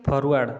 forward